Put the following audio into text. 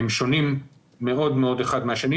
הם שונים מאוד מאוד אחד מהשני